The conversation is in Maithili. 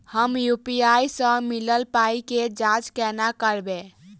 हम यु.पी.आई सअ मिलल पाई केँ जाँच केना करबै?